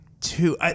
two